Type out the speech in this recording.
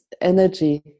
energy